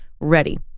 ready